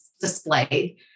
displayed